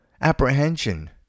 apprehension